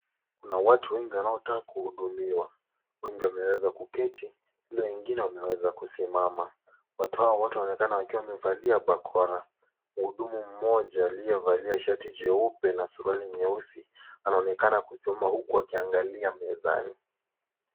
Kuna watu wengi wanaotaka kuhudumiwa. Wengi wameweza kuketi na wengine wameweza kusimama. Watu hao wote wanaonekana wakiwa wamevalia bakora. Mhudumu mmoja aliyevalia shati jeupe na suruali nyeusi anaonekana kusoma huku akiangalia mezani.